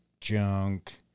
junk